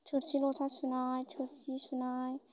थोरसि ल'था सुनाय थोरसि सुनाय